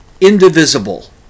indivisible